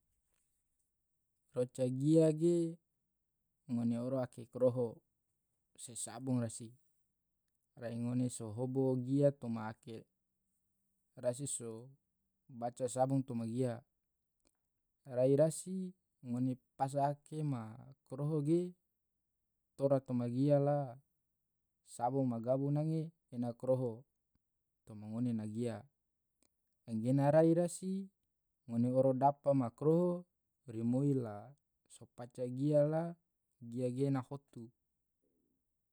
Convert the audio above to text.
roca gia ge ngone oro ake koroho se sabong rasi, rai ngone so hobo gia toma ake rasi so baca sabong toma gia, rai rasi ngone pasa ake ma koroho ge tora toma gia la sabong ma gabu nange ena koroho toma ngone ma gia anggena rai rasi ngone oro dapa ma koroho rimoi la sepaca gia la gia gena hotu.